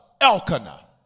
Elkanah